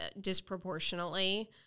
disproportionately